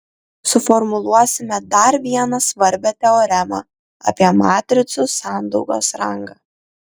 suformuluosime dar vieną svarbią teoremą apie matricų sandaugos rangą